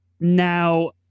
Now